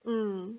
mm